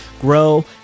grow